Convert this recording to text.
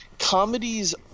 comedies